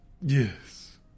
Yes